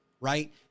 right